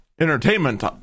entertainment